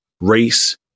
race